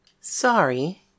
Sorry